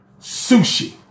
sushi